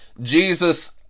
Jesus